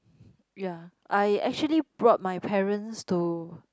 ya I actually brought my parents to